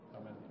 Amen